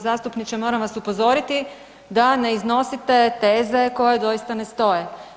Zastupniče moram vas upozoriti da ne iznosite teze koje doista ne stoje.